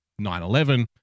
9-11